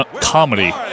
comedy